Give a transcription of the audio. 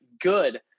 good